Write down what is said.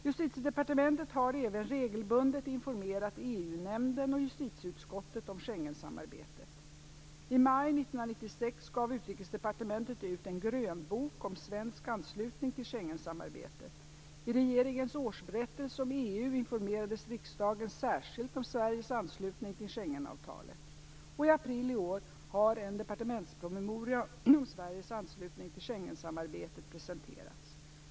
Justitiedepartementet har även regelbundet informerat EU-nämnden och justitieutskottet om Schengensamarbetet. I maj 1996 gav Utrikesdepartementet ut en grönbok om svensk anslutning till 1996/97:80) och i april i år har en departementspromemoria om Sveriges anslutning till Schengensamarbetet presenterats.